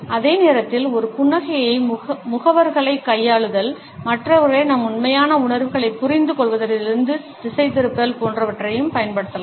அதே நேரத்தில் ஒரு புன்னகையை முகவர்களைக் கையாளுதல் மற்றவர்களை நம் உண்மையான உணர்வுகளைப் புரிந்து கொள்வதிலிருந்து திசைதிருப்பல் போன்றவையாகவும் பயன்படுத்தலாம்